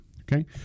Okay